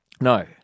No